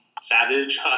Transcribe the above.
savage